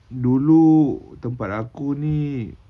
dulu tempat aku ni